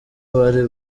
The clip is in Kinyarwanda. bari